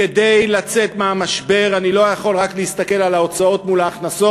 כדי לצאת מהמשבר אני לא יכול רק להסתכל על ההוצאות מול ההכנסות.